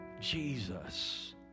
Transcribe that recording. Jesus